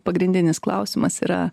pagrindinis klausimas yra